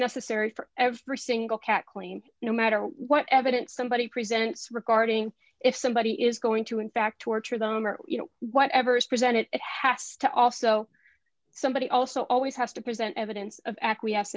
necessary for every single cackling no matter what evidence somebody presents regarding if somebody is going to in fact torture them or you know whatever is presented it has to also somebody also always has to present evidence of acquiesce